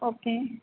okay